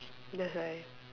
that's why